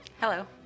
Hello